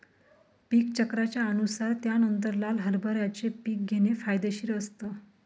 पीक चक्राच्या अनुसार त्यानंतर लाल हरभऱ्याचे पीक घेणे फायदेशीर असतं